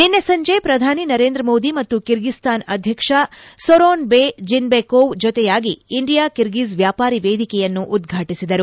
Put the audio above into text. ನಿನ್ನೆ ಸಂಜೆ ಪ್ರಧಾನಿ ನರೇಂದ್ರ ಮೋದಿ ಮತ್ತು ಕಿರ್ಗಿಸ್ತಾನ್ ಅಧ್ವಕ್ಷ ಸೂರೋನ್ಬೆ ಜೀವ್ವಕೊವ್ ಜೊತೆಯಾಗಿ ಇಂಡಿಯಾ ಕಿರ್ಗಿಜ್ ವ್ಯಾಪಾರಿ ವೇದಿಕೆಯನ್ನು ಉದ್ವಾಟಿಸಿದರು